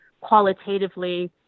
qualitatively